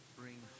bring